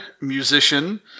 musician